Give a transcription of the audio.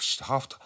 half